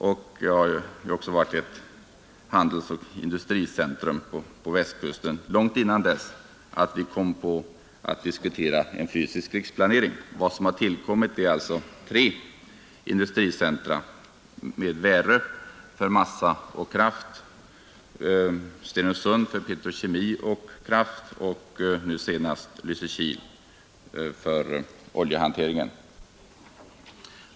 Staden har också varit ett handelsoch industricentrum långt innan vi kom på att diskutera en fysisk riksplanering. Vad som har tillkommit är alltså tre industricentra — Värö för massa och kraft, Stenungsund för petrokemi och kraft samt nu senast Lysekil för oljehanteringen.